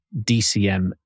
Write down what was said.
DCM